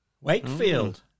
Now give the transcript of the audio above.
Wakefield